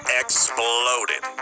exploded